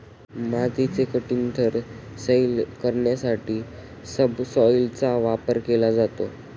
मातीचे कठीण थर सैल करण्यासाठी सबसॉयलरचा वापर केला जातो